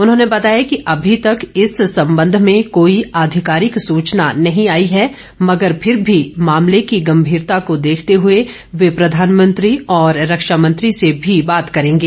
उन्होंने बताया कि अभी तक इस संबंध में कोई आधिकारिक सूचना नही आई है मगर फिर भी मामले की गम्भीरता को देखते हए वह प्रधानमंत्री और रक्षा मंत्री से भी बात करेंगे